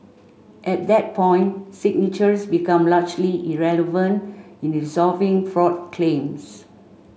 at that point signatures became largely irrelevant in resolving fraud claims